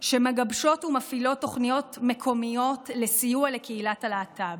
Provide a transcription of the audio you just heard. שמגבשות ומפעילות תוכניות מקומיות לסיוע לקהילת הלהט"ב.